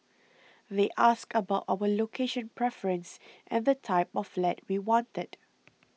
they asked about our location preference and the type of flat we wanted